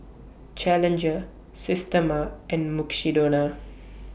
Challenger Systema and Mukshidonna